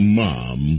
mom